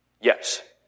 Yes